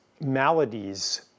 maladies